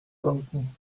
broken